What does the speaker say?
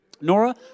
Nora